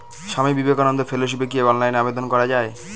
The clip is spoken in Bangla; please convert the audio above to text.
স্বামী বিবেকানন্দ ফেলোশিপে কি অনলাইনে আবেদন করা য়ায়?